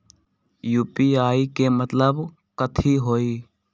UPI के मतलब कथी होई?